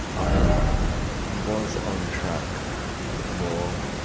i was on track before,